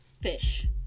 fish